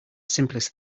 simplest